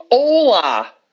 Hola